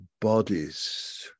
bodies